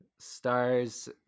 stars